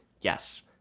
Yes